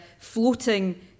floating